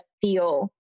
feel